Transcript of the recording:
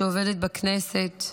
שעובדת בכנסת,